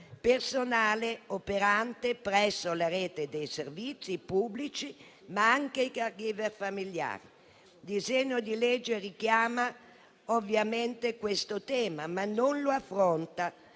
personale operante presso la rete dei servizi pubblici, ma anche i *caregiver* familiari. Il disegno di legge richiama ovviamente questo tema, ma non lo affronta